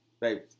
baby